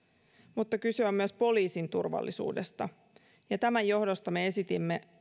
mutta kyse on myös poliisin turvallisuudesta ja tämän johdosta me esitimme